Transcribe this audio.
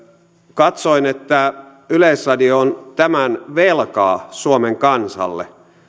katsoin että yleisradio on tämän velkaa suomen kansalle